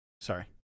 Sorry